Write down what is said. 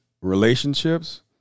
relationships